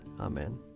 Amen